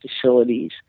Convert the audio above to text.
facilities